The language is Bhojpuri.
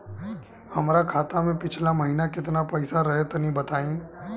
हमरा खाता मे पिछला महीना केतना पईसा रहे तनि बताई?